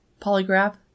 polygraph